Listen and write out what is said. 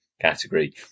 category